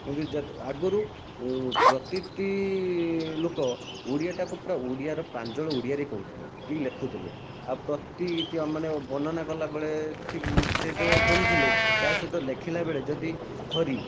କିନ୍ତୁ ଯେତେ ଆଗରୁ ପ୍ରତିଟି ଲୋକ ଓଡ଼ିଆଟାକୁ ପୁରା ଓଡ଼ିଆର ପ୍ରାଞ୍ଜଳ ଓଡ଼ିଆ କହୁଥିଲେ କି ଲେଖୁଥିଲେ ଆଉ ପ୍ରତି କି ମାନେ ବର୍ଣ୍ଣନା କଲାବେଳେ ଠିକ୍ ସେ ତ କହୁଥିଲେ ତା' ସହିତ ଲେଖିଲା ବେଳେ ଯଦି ହରି